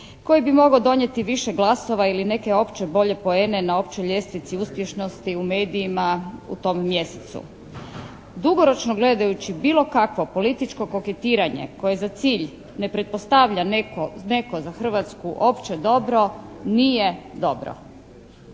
koji bi mogao donijeti više glasova ili neke opće bolje poene na općoj ljestvici uspješnosti u medijima u tom mjesecu. Dugoročno gledajući bilo kakvo političko koketiranje koje za cilj ne pretpostavlja neko za Hrvatsku opće dobro nije dobro.